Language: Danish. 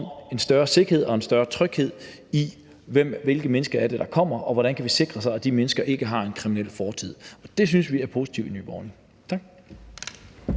en større sikkerhed og en større tryghed i, hvilke mennesker det er der kommer, og hvordan man kan sikre sig, at de mennesker ikke har en kriminel fortid, og det synes vi er positivt i Nye Borgerlige. Tak.